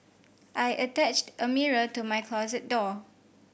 I attached a mirror to my closet door